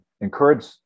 encourage